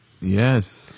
Yes